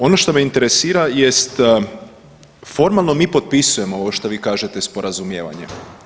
Ono što me interesira jest, formalno mi potpisujemo ovo što vi kažete sporazumijevanje.